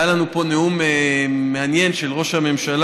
היה לנו פה נאום מעניין של ראש הממשלה,